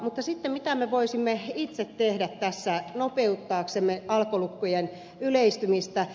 mutta sitten mitä me voisimme itse tehdä tässä nopeuttaaksemme alkolukkojen yleistymistä